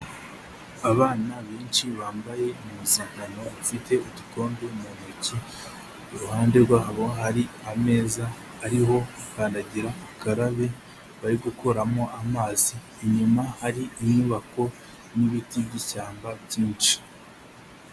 Abana benshi bambaye impuzankano ifite udukombe mu ntoki, iruhande rwabo hari ameza ariho kandagira ukarabe bari gukuramo amazi, inyuma hari inyubako n'ibiti by'ishyamba byinshi.